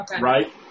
right